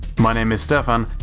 my name is stefan,